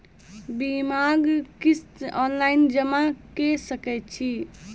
बीमाक किस्त ऑनलाइन जमा कॅ सकै छी?